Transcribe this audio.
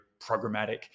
programmatic